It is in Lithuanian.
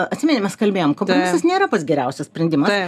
atsimeni mes kalbėjom kompromisas nėra pats geriausias sprendimas